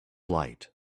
light